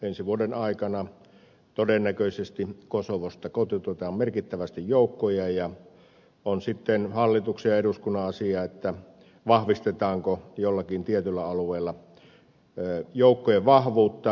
ensi vuoden aikana kosovosta todennäköisesti kotiutetaan merkittävästi joukkoja ja on sitten hallituksen ja eduskunnan asia vahvistetaanko jollakin tietyllä alueella joukkojen vahvuutta